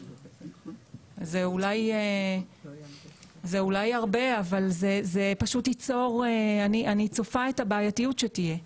זה אולי הרבה, אבל אני צופה את הבעייתיות שתהיה.